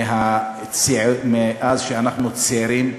מאז שאנחנו צעירים.